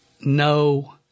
no